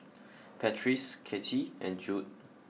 Patrice Katy and Jude